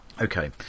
okay